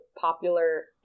popular